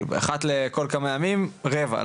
כאילו אחת לכל כמה ימים רבע,